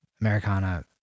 Americana